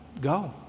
Go